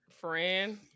Friend